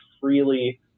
freely